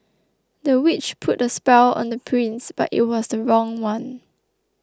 the witch put a spell on the prince but it was the wrong one